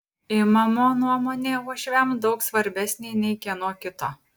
imamo nuomonė uošviams daug svarbesnė nei kieno kito